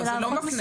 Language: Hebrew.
זה לא מפנה.